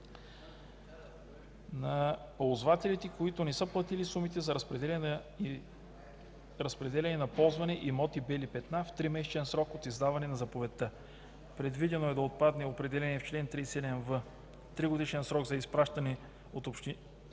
на ползвателите, които не са платили сумите за разпределение на ползвани имоти – бели петна в тримесечен срок от издаване на заповедта. Предвидено е да отпадне определеният в чл. 37в тригодишен срок за изпращане от общините